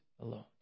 alone